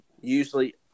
usually